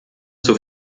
zur